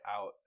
out